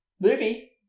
movie